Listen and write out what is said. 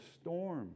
storm